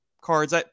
cards